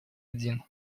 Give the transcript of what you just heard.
один